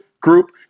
group